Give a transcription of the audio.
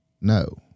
No